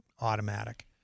automatic